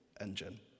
engine